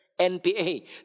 NPA